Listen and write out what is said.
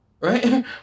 Right